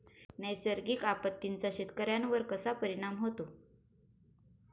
नैसर्गिक आपत्तींचा शेतकऱ्यांवर कसा परिणाम होतो?